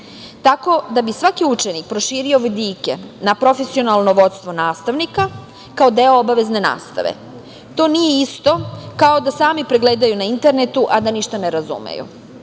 Tako da bi svaki učenik proširio vidike na profesionalno vodstvo nastavnika, kao deo obavezne nastave. To nije isto, kao da sami pregledaju na internetu, a da ništa ne razumeju.